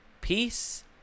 peace